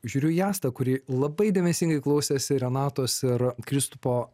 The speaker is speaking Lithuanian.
žiūriu į astą kuri labai dėmesingai klausėsi renatos ir kristupo